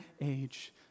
age